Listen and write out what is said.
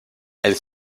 elle